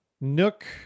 Nook